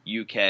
UK